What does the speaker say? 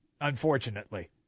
Unfortunately